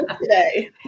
today